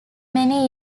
many